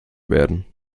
werden